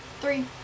Three